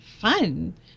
fun